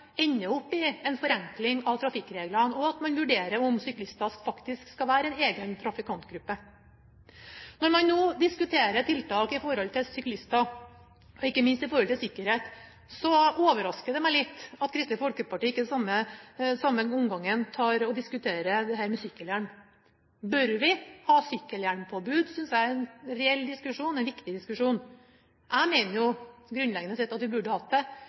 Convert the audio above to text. ender opp i en forenkling av trafikkreglene, og at man vurderer om syklistene faktisk skal være en egen trafikantgruppe. Når man nå diskuterer tiltak overfor syklister, ikke minst når det gjelder sikkerhet, overrasker det meg litt at ikke Kristelig Folkeparti i samme omgang diskuterer dette med sykkelhjelm. Bør vi ha sykkelhjelmpåbud? Det synes jeg er en reell og viktig diskusjon. Jeg mener grunnleggende sett at vi burde hatt det.